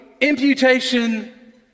imputation